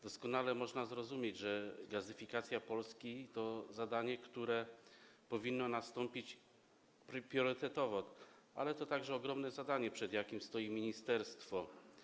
Doskonale można zrozumieć, że gazyfikacja Polski to zadanie, które powinno nastąpić priorytetowo, ale to także ogromne zadanie, przed jakim stoi ministerstwo.